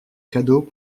cadeau